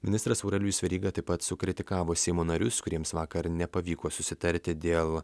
ministras aurelijus veryga taip pat sukritikavo seimo narius kuriems vakar nepavyko susitarti dėl